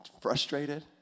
frustrated